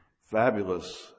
fabulous